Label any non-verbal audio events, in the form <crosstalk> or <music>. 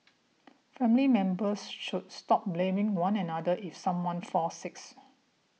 <noise> family members should stop blaming one another if someone falls sick